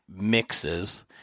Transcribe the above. mixes